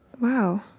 Wow